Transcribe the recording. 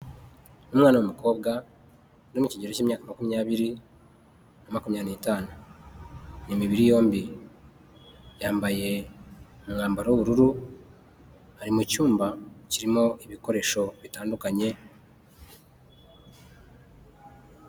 Umwana w'umukobwa uri mu kigero cy'imyaka makumyabiri na makumyabiri n'itanu. Ni imibiri yombi. Yambaye umwambaro w'ubururu, ari mu cyumba kirimo ibikoresho bitandukanye.